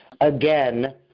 again